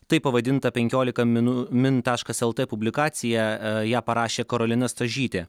taip pavadinta penkiolika minu min taškas el t publikacija ją parašė karolina stažytė